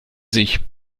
sich